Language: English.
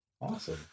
Awesome